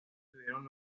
tuvieron